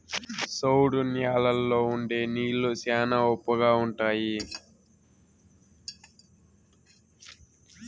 సౌడు న్యాలల్లో ఉండే నీళ్లు శ్యానా ఉప్పగా ఉంటాయి